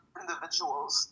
individuals